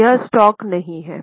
यह स्टॉक नहीं है